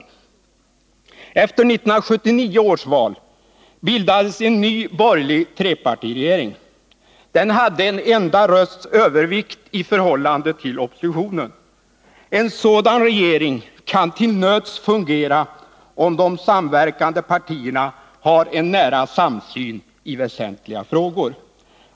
Efter 1979 års val bildades en ny borgerlig trepartiregering. Den hade en enda rösts övervikt i förhållande till oppositionen. En sådan regering kan till nöds fungera om de tre partierna har en nära samsyn i väsentliga frågor.